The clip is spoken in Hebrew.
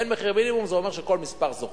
אין מחיר מינימום, זה אומר שכל מספר זוכה.